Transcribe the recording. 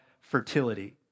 fertility